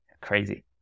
crazy